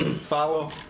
follow